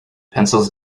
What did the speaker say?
pencils